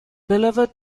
beloved